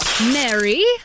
Mary